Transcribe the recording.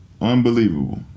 Unbelievable